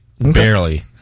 barely